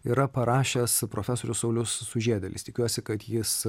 yra parašęs profesorius saulius sužiedėlis tikiuosi kad jis